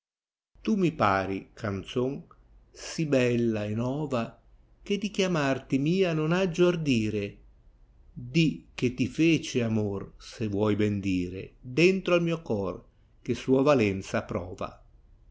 tu mi pari ganzon sì bella e nova cbe di chiamarti mia non aggio ardire di cbe ti fece amor se vuoi ben dire dentro al mio cor cbe sua valenza prova